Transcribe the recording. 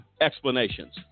explanations